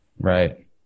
Right